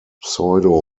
pseudo